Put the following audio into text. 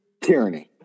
tyranny